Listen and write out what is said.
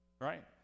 Right